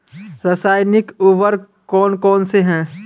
रासायनिक उर्वरक कौन कौनसे हैं?